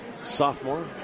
Sophomore